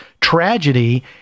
tragedy